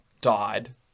died